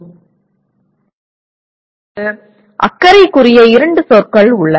இப்போது அக்கறைக்குரிய இரண்டு சொற்கள் உள்ளன